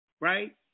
right